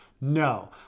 No